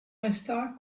resta